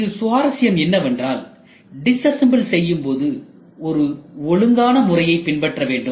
இங்கு சுவாரஸ்யம் என்னவென்றால் டிஸ்அசெம்பிள் செய்யும் போது ஒழுங்கான முறையை பின்பற்ற வேண்டும்